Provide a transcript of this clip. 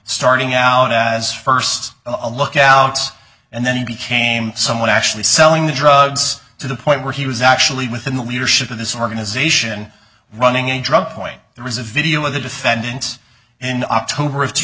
starting out as first a lookout and then he became someone actually selling the drugs to the point where he was actually within the leadership of this organization running a drug point there was a video of the defendants and october of two